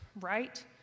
right